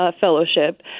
fellowship